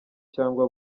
cyangwa